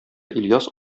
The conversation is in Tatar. ильяс